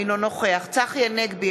אינו נוכח צחי הנגבי,